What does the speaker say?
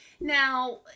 Now